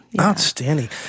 outstanding